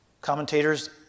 commentators